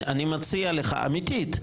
אני מציע לך אמיתית,